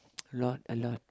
a lot a lot